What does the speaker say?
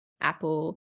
Apple